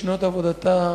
בשנות עבודתה,